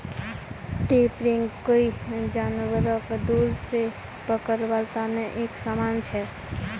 trapping कोई जानवरक दूर से पकड़वार तने एक समान छे